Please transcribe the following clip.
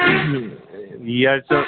ഈയാഴ്ച